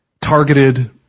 targeted